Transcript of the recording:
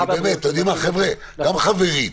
אני אומר: חבר'ה, גם חברית,